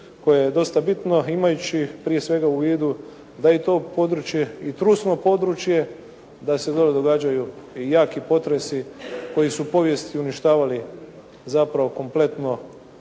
koje je dosta bitno, imajući prije svega u vidu da je i to područje i trusno područje, da se dole događaju i jaki potresi koji su u povijesti uništavali zapravo kompletnu